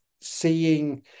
seeing